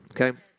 okay